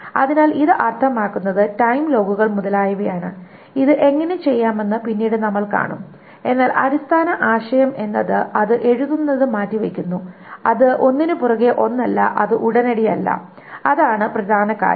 അതിനാൽ ഇത് അർത്ഥമാക്കുന്നത് ടൈം ലോഗുകൾ മുതലായവയാണ് ഇത് എങ്ങനെ ചെയ്യാമെന്ന് പിന്നീട് നമ്മൾ കാണും എന്നാൽ അടിസ്ഥാന ആശയം എന്നത് അത് എഴുതുന്നത് മാറ്റിവയ്ക്കുന്നു അത് ഒന്നിനുപുറകെ ഒന്നല്ല അത് ഉടനടി അല്ല അതാണ് പ്രധാന കാര്യം